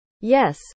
Yes